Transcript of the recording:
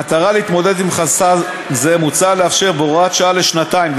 במטרה להתמודד עם חסם זה מוצע לאפשר בהוראת שעה לשנתיים,